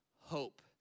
hope